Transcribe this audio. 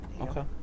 Okay